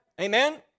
Amen